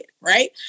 right